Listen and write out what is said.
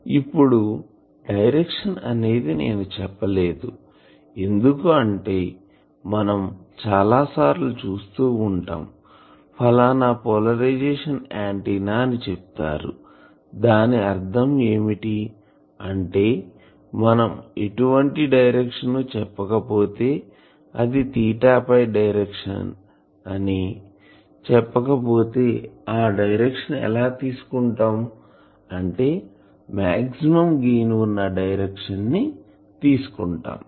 ఇప్పుడు డైరెక్షన్ అనేది నేను చెప్పలేదు ఎందుకు అంటే మనం చాలా సార్లు చూస్తూ ఉంటాం ఫలానా పోలరైజేషన్ ఆంటిన్నా అని చెప్తారు దాని అర్ధం ఏమిటి అంటే మనం ఎటు వంటి డైరెక్షన్ చెప్పకపోతే అది తీటా పై డైరెక్షన్ ఆ డైరెక్షన్ ఎలా తీసుకుంటాం అంటే మాక్సిమం గెయిన్ వున్న డైరెక్షన్ ని తీసుకుంటాం